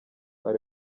ari